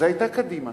היתה זו קדימה